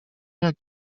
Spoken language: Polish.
jak